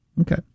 Okay